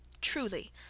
truly